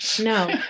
No